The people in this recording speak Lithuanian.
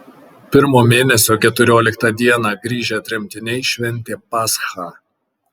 pirmo mėnesio keturioliktą dieną grįžę tremtiniai šventė paschą